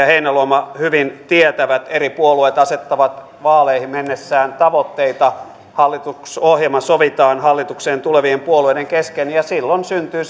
heinäluoma hyvin tietävät eri puolueet asettavat vaaleihin mennessään tavoitteita hallitusohjelma sovitaan hallitukseen tulevien puolueiden kesken ja silloin syntyy